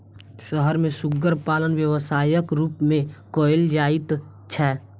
शहर मे सुग्गर पालन व्यवसायक रूप मे कयल जाइत छै